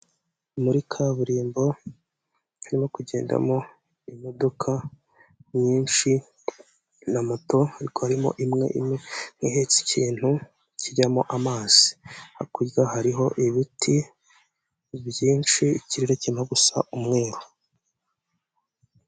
Muri kaburimbo turimo kugendamo imodoka nyinshi na moto ariko harimo imwe ihetse ikintu kijyamo amazi, hakurya hariho ibiti byinshi ikirere kirimo gusa umweru.